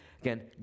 again